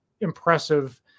impressive